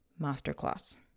masterclass